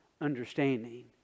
understanding